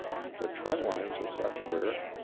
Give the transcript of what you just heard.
the trend lines are such where